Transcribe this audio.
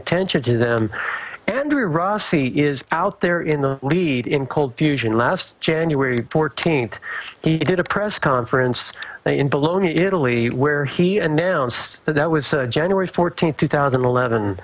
attention to them andrew rossi is out there in the lead in cold fusion last january fourteenth he did a press conference in bologna italy where he announced that that was january fourteenth two thousand and eleven